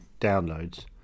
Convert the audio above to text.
downloads